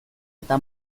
eta